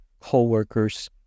co-workers